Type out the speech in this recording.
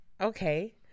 okay